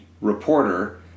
reporter